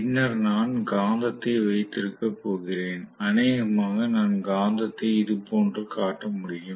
பின்னர் நான் காந்தத்தை வைத்திருக்கப் போகிறேன் அநேகமாக நான் காந்தத்தை இதுபோன்று காட்ட முடியும்